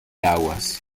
aguas